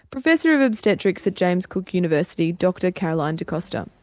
professor of obstetrics at james cook university dr caroline de costa.